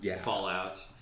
fallout